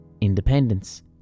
independence